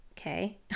Okay